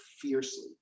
fiercely